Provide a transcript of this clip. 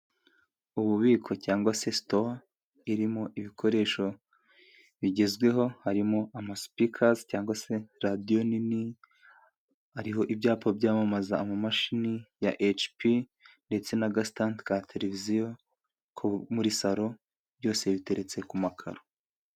Ububiko cyangwa sitowa, irimo ibikoresho bigezweho harimo ama sipikazi cyangwa se radio nini, ariho ibyapa byamamaza ama mashini ya ecipi ndetse n'agasitande ka televiziyo ko muri salo, byose biteretse ku amakaro.